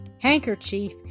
handkerchief